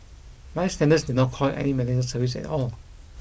bystanders did not call any medical service at all